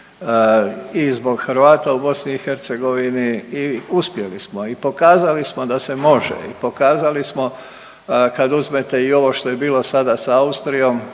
i zbog Hrvata u BiH i uspjeli smo i pokazali smo da se može i pokazali smo kad uzmete i ovo što je bilo sada s Austrijom